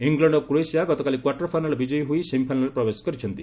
England ଓ Croatia ଗତକାଲି quarter final ବିଜୟୀ ହୋଇ ସେମିଫାଇନାଲ୍ରେ ପ୍ରବେଶ କରିଛନ୍ତି